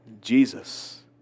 Jesus